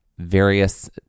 various